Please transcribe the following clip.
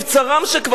שכבר לא קיים.